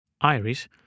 Iris